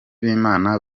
b’imana